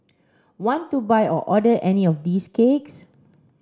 want to buy or order any of these cakes